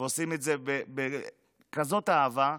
ועושים את זה בכזאת אהבה.